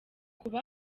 kuba